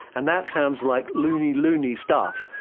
and that sounds like loony loony stuff,